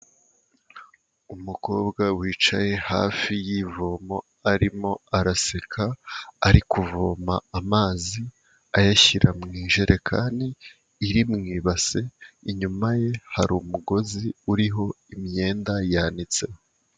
Umukobwa wicaye hafi y'ivomo arimo araseka, ari kuvoma amazi, ayashyira mu ijerekani, iri mu ibase, inyuma ye hari umugozi uriho imyenda yanitseho.